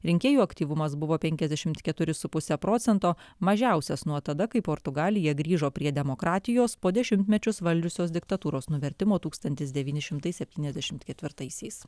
rinkėjų aktyvumas buvo penkiasdešimt keturi su puse procento mažiausias nuo tada kai portugalija grįžo prie demokratijos po dešimtmečius valdžiusios diktatūros nuvertimo tūkstantis devyni šimtai septyniasdešimt ketvirtaisiais